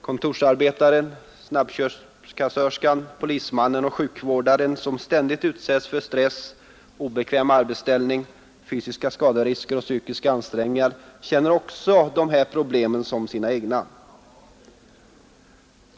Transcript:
Kontorsarbetaren, snabbköpskassörskan, polismannen och sjukvårdaren som ständigt utsätts för press, obekväm arbetsställning, fysiska skaderisker och psykiska ansträngningar känner också dessa problem som sina egna.